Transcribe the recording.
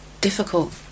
difficult